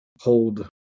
hold